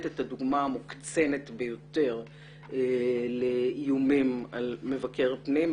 את הדוגמה המוקצנת ביותר לאיומים על מבקר פנים,